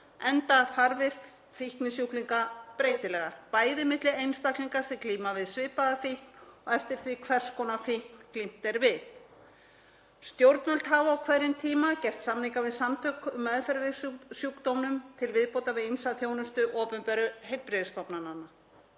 enda þarfir fíknisjúklinga breytilegar, bæði milli einstaklinga sem glíma við svipaða fíkn og eftir því hvers konar fíkn glímt er við. Stjórnvöld hafa á hverjum tíma gert samninga við samtök um meðferð við sjúkdómnum til viðbótar við ýmsa þjónustu opinberu heilbrigðisstofnananna.